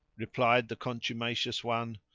replied the contumacious one,